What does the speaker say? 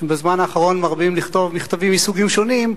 שבזמן האחרון מרבים לכתוב מכתבים מסוגים שונים.